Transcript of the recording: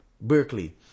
Berkeley